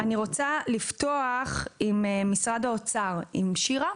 אני רוצה לפתוח עם משרד האוצר, עם שירה.